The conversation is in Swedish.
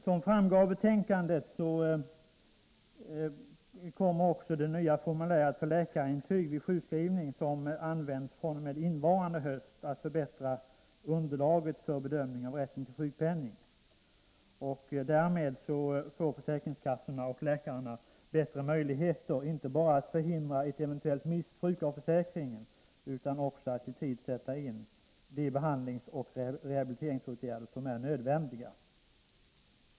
Som framgår av betänkandet kommer också det nya formuläret för läkarintyg vid sjukskrivning som används fr.o.m. innevarande höst att förbättra underlaget för bedömningen av rätten till sjukpenning. Därmed får försäkringskassorna och läkarna bättre möjligheter att inte bara förhindra ett eventuellt missbruk av försäkringen utan också i tid sätta in de behandlingsoch rehabiliteringsåtgärder som är nödvändiga.